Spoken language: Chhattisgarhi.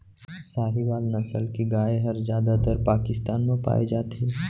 साहीवाल नसल के गाय हर जादातर पाकिस्तान म पाए जाथे